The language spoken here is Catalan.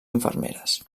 infermeres